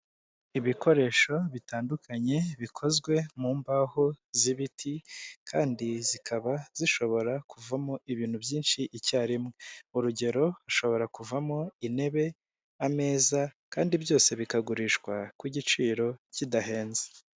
Ibikoresho bitandukanye bikozwe mu mbaho z'ibiti kandi zikaba zishobora kuvamo ibintu byinshi icyarimwe urugero hashobora kuvamo intebe, ameza kandi byose bikagurishwa ku giciro kidahenze.